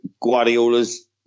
Guardiola's